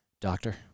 Doctor